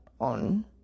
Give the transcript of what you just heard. on